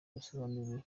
basobanuriwe